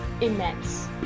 immense